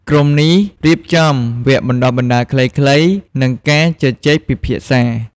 ក្រុមនេះរៀបចំវគ្គបណ្តុះបណ្តាលខ្លីៗ និងការជជែកពិភាក្សា។